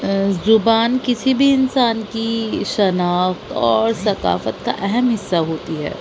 زبان کسی بھی انسان کی شناخت اور ثقافت کا اہم حصہ ہوتی ہے